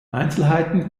einzelheiten